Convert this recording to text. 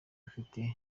ufite